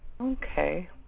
Okay